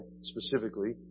specifically